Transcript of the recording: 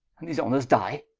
and these honours dye?